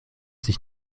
sich